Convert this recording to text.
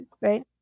Right